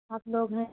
आठ लोग हैं